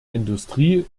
industrie